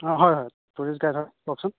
অঁ হয় হয় টুৰিষ্ট গাইড হয় কওকচোন